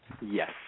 Yes